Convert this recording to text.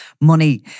money